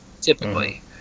typically